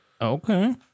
Okay